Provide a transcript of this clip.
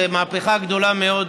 זו מהפכה גדולה מאוד,